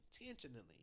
intentionally